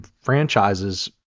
franchises